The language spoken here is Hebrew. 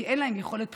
כי אין להן יכולת בחירה.